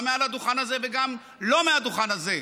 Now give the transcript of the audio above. גם מעל הדוכן הזה וגם לא מהדוכן הזה: